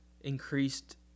increased